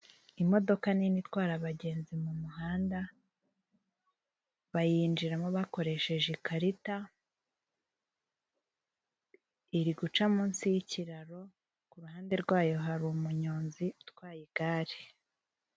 Imodoka nini itwara abagenzi mu muhanda bayinjiramo bakoresheje ikarita, iri guca munsi y'ikiraro ku ruhande rwayo hari umunyonzi utwaye igare.